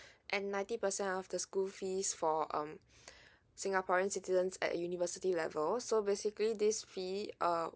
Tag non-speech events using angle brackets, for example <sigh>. and ninety percent of the school fees for um <breath> singaporean citizens at university level so basically this fee uh